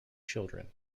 children